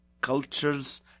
cultures